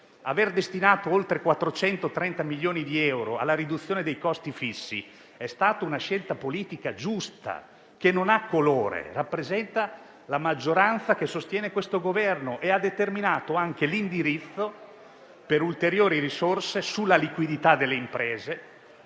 Aver destinato oltre 430 milioni di euro alla riduzione dei costi fissi è stata una scelta politica giusta che non ha colore e rappresenta la maggioranza che sostiene questo Governo. Ha determinato anche l'indirizzo per ulteriori risorse sulla liquidità delle imprese